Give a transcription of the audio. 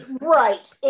Right